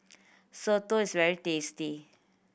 soto is very tasty